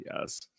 Yes